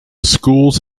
schools